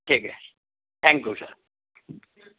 ٹھیک ہے thank you sir